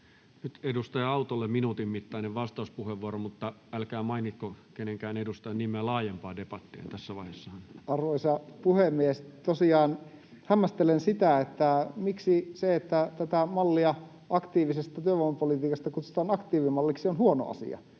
Nyt edustaja Autolle minuutin mittainen vastauspuheenvuoro, mutta älkää mainitko kenenkään edustajan nimeä. Laajempaa debattia en tässä vaiheessa... Arvoisa puhemies! Tosiaan hämmästelen, miksi se, että tätä mallia aktiivisesta työvoimapolitiikasta kutsutaan aktiivimalliksi, on huono asia.